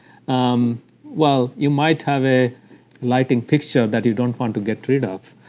um well, you might have a lighting fixture that you don't want to get rid of,